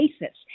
basis